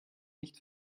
nicht